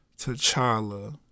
T'Challa